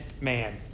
Man